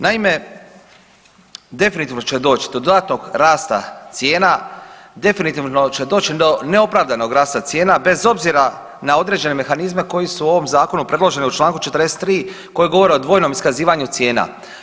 Naime, definitivno će doć do dodatnog rasta cijena, definitivno doći do neopravdanog rasta cijena bez obzira na određene mehanizme koji su u ovom zakonu predloženi u čl. 43. koji govori o dvojnom iskazivanju cijena.